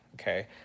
okay